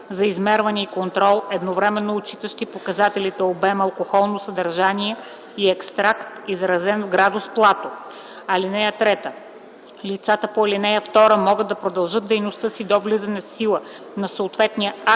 за измерване и контрол, едновременно отчитащи показателите обем, алкохолно съдържание и екстракт, изразен в градус Плато. (3) Лицата по ал. 2 могат да продължат дейността си до влизането в сила на съответния акт